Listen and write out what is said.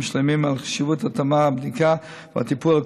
שלמים על חשיבות התאמת הבדיקה והטיפול,